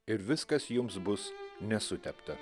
ir viskas jums bus nesutepta